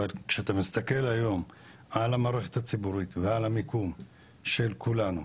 אבל כשאתה מסתכל היום על המערכת הציבורית ועל המיקום של כולנו,